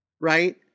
right